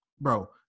bro